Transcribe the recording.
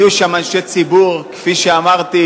יהיו שם אנשי ציבור, כפי שאמרתי,